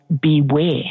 beware